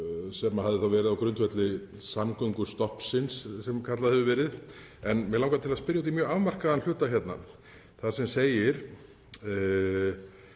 sem hafði þá verið á grundvelli samgöngustoppsins sem kallað hefur verið. Mig langar til að spyrja út í mjög afmarkaðan hluta samningsins þar sem segir: